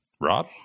Rob